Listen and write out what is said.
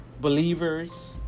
believers